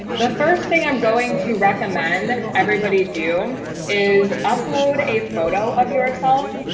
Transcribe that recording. the first thing i'm going to recommend everybody do is upload a photo of yourself.